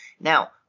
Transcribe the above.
Now